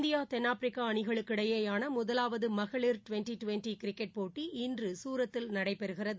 India தென்னாப்பிரிக்கா அணிகளுக்கிடையேயான முதலாவது மகளிர் டுவெண்டி டுவெண்டி கிரிக்கெட் போட்டி இன்று சூரத்தில் நடைபெறுகிறது